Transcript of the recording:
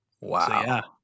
Wow